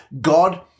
God